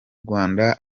rwanda